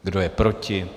Kdo je proti?